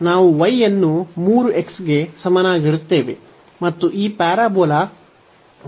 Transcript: ನಾವು y ಅನ್ನು 3x ಗೆ ಸಮನಾಗಿರುತ್ತೇವೆ ಮತ್ತು ಈ ಪ್ಯಾರಾಬೋಲಾ y 4 x 2 ಆಗಿದೆ